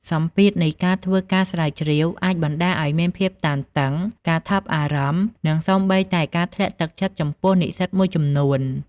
សម្ពាធនៃការធ្វើការស្រាវជ្រាវអាចបណ្តាលឱ្យមានភាពតានតឹង ការថប់បារម្ភ និងសូម្បីតែការធ្លាក់ទឹកចិត្តចំពោះនិស្សិតមួយចំនួន។